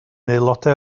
aelodau